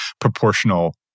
proportional